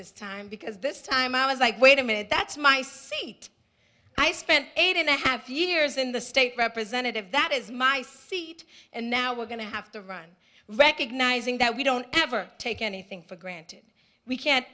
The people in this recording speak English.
this time because this time i was like wait a minute that's my seat i spent eight and a half years in the state representative that is my seat and now we're going to have to run recognizing that we don't ever take anything for granted we can't